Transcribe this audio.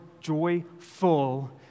joyful